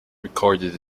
recorded